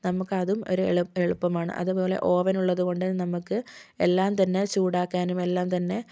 നമുക്കതും ഒരു എളുപ്പമാണ് അതുപോലെ അവൻ ഉള്ളതുകൊണ്ട് നമുക്ക് എല്ലാം തന്നേ ചൂടാക്കാനും എല്ലാം തന്നേ